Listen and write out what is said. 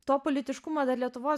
to politiškumo dar lietuvos